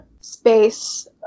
space